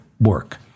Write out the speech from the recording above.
work